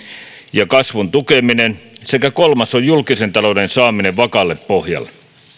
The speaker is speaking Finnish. ja kasvun tukeminen sekä kolmas on julkisen talouden saaminen vakaalle pohjalle